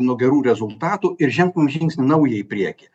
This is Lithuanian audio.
nuo gerų rezultatų ir žengtumėm žingsnį naują į priekį